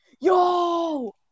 yo